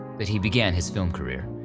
that he began his film career,